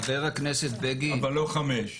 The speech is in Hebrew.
אבל לא חמש.